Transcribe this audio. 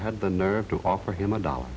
had the nerve to offer him a dollar